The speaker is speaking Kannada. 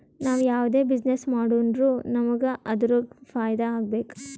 ನಾವ್ ಯಾವ್ದೇ ಬಿಸಿನ್ನೆಸ್ ಮಾಡುರ್ನು ನಮುಗ್ ಅದುರಾಗ್ ಫೈದಾ ಆಗ್ಬೇಕ